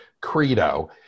credo